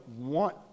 want